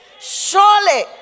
Surely